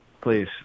please